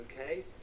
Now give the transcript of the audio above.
okay